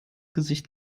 gesicht